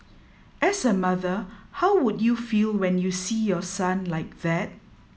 as a mother how would you feel when you see your son like that